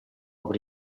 aprì